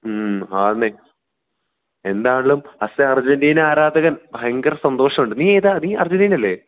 മ്മ് ആണ് എന്താണെങ്കിലും as an Argentina ആരാധകൻ ഭയങ്കരം സന്തോഷമുണ്ട് നീ ഏതാണ് നീ അർജൻ്റീനയല്ലേ